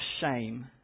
shame